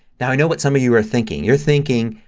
now i know what some of you are thinking. you're thinking,